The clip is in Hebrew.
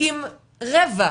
אם רבע,